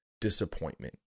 disappointment